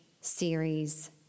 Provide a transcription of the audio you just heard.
series